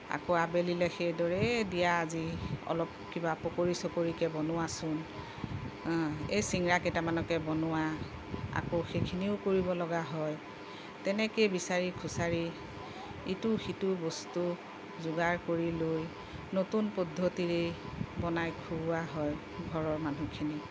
আকৌ আবেলিলৈ সেইদৰে দিয়া আজি অলপ কিবা পকৰি চকৰিকে বনোৱাচোন এই চিঙৰাকেইটামানকে বনোৱা আকৌ সেইখিনিও কৰিবলগা হয় তেনেকেই বিচাৰি খুচৰি ইটো সিটো বস্তু যোগাৰ কৰি লৈ নতুন পদ্ধতিৰেই বনায় খোওৱা হয় ঘৰৰ মানুহখিনিক